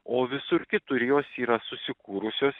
o visur kitur jos yra susikūrusios